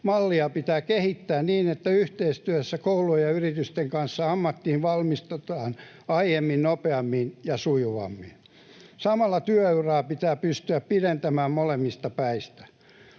pitää kehittää niin, että yhteistyössä koulujen ja yritysten kanssa ammattiin valmistutaan aiemmin, nopeammin ja sujuvammin. Samalla työuraa pitää pystyä pidentämään molemmista päistä.